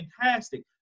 fantastic